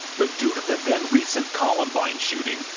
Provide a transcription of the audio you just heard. but due to the then-recent columbine shooting,